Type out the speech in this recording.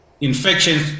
infections